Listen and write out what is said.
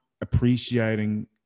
appreciating